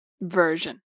version